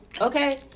Okay